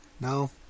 No